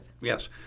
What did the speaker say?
Yes